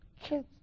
kids